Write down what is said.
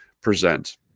present